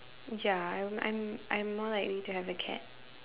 ya I would I'm I'm more likely to have a cat